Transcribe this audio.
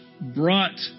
brought